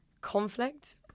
conflict